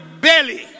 belly